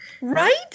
Right